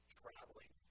traveling